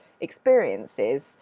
experiences